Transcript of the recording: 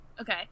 okay